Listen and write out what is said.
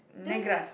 Negras